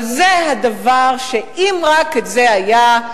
אבל זה הדבר שאם רק הוא היה,